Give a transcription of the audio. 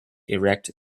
erect